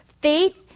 faith